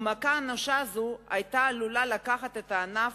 ומכה אנושה זו היתה עלולה לקחת את הענף